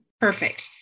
perfect